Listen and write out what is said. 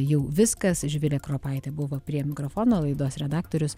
jau viskas živilė kropaitė buvo prie mikrofono laidos redaktorius